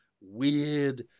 weird